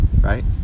right